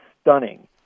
stunning